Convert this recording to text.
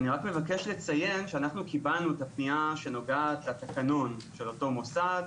אני רק מבקש לציין שאנחנו קיבלנו את הפנייה שנוגעת לתקנון של אותו מוסד,